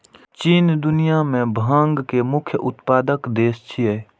चीन दुनिया मे भांग के मुख्य उत्पादक देश छियै